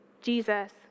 Jesus